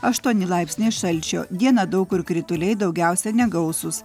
aštuoni laipsniai šalčio dieną daug kur krituliai daugiausia negausūs